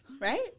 Right